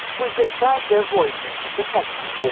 we've disguised their voices to protect them.